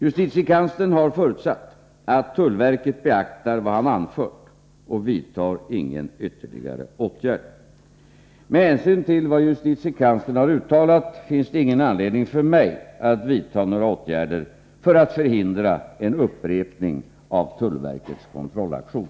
Justitiekanslern har förutsatt att tullverket beaktar vad han anfört och vidtar ingen ytterligare åtgärd. Med hänsyn till vad justitiekanslern har uttalat finns det ingen anledning för mig att vidta några åtgärder för att förhindra en upprepning av tullverkets kontrollaktion.